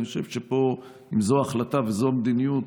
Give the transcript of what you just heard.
אני חושב שאם זאת ההחלטה וזאת המדיניות,